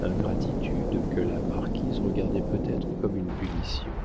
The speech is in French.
ingratitude que la marquise regardait peut-être comme une punition